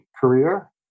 career